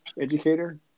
educator